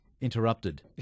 Interrupted